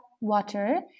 water